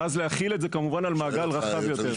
ואז להחיל את זה על מעגל רחב יותר.